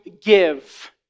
give